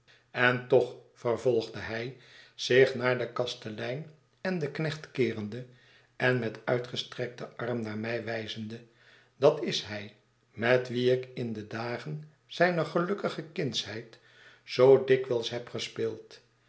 en toch vervolgde hij zich naar den kastelein en den knecht keerende en met uitgestrekten arm naar mij wijzende dat is hij met wien ik in de dagen zijner gelukkige kindsheid zoo dikwijls heb gespeeld